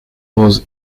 was